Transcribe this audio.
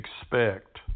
expect